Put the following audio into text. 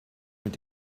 mit